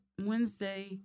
Wednesday